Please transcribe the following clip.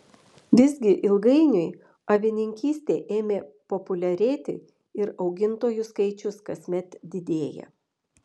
visgi ilgainiui avininkystė ėmė populiarėti ir augintojų skaičius kasmet didėja